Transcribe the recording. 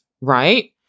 right